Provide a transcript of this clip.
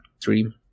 Dream